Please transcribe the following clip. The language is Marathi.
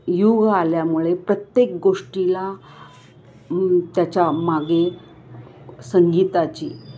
युग आल्यामुळे प्रत्येक गोष्टीला त्याच्या मागे संगीताची